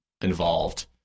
involved